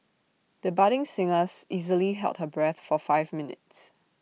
the budding singers easily held her breath for five minutes